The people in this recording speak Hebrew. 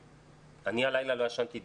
אני הלילה לא ישנתי דקה.